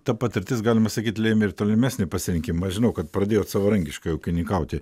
ta patirtis galima sakyt lėmė ir tolimesnį pasirinkimą aš žinau kad pradėjot savarankiškai ūkininkauti